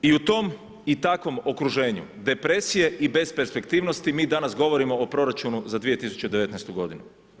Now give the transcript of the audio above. I u tom i takvom okruženju, depresije i besperspektivnosti, mi danas govorimo o proračunu za 2019. godinu.